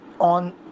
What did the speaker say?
on